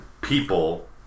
people